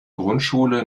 grundschule